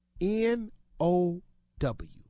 N-O-W